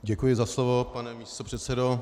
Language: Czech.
Děkuji za slovo, pane místopředsedo.